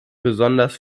besonders